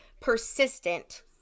persistent